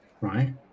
right